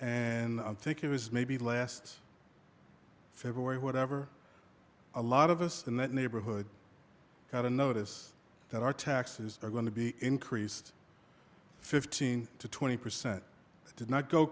and i think it was maybe last february whatever a lot of us in that neighborhood got a notice that our taxes are going to be increased fifteen to twenty percent did not go